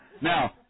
now